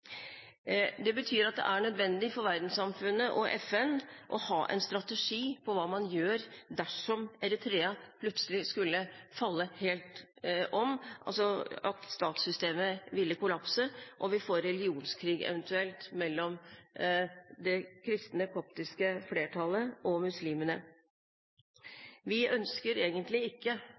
Det betyr at det er nødvendig for verdenssamfunnet og FN å ha en strategi for hva man gjør, dersom Eritrea plutselig skulle falle over ende – altså at statssystemet kollapser og vi eventuelt får religionskrig mellom det kristne koptiske flertallet og muslimene. Vi ønsker ikke en ny sentralafrikansk republikk – som ikke